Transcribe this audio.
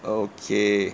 okay